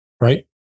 right